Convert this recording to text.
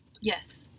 Yes